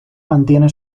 mantiene